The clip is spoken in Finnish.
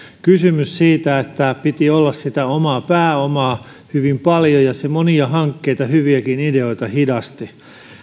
kysymys että piti olla sitä omaa pääomaa hyvin paljon ja se monia hankkeita hyviäkin ideoita hidasti